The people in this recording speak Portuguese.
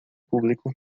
público